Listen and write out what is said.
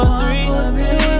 three